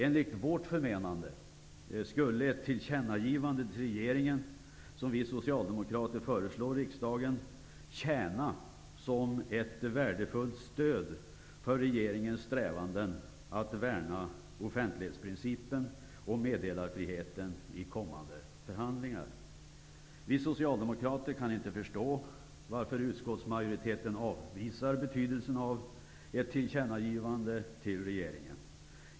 Enligt vårt förmenande skulle ett tillkännagivande till regeringen, som vi socialdemokrater föreslår riksdagen, tjäna som ett värdefullt stöd för regeringens strävanden att värna offentlighetsprincipen och meddelarfriheten i kommande förhandlingar. Vi socialdemokrater kan inte förstå varför utskottsmajoriteten avvisar betydelsen av ett tillkännagivande till regeringen.